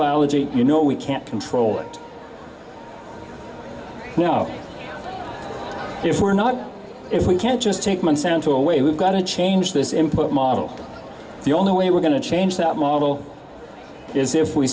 biology you know we can't control it now if we're not if we can't just take months out to away we've got to change this input model the only way we're going to change that model is if we